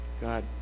God